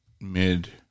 mid